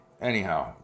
anyhow